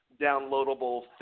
downloadable